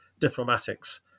diplomatics